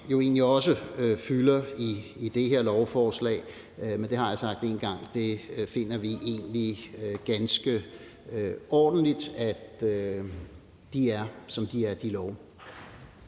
jo egentlig også fylder i det her lovforslag, men det – hvilket jeg har sagt en gang før – finder vi egentlig ganske ordentligt, altså at de love er, som